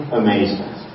amazement